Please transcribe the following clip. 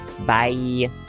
Bye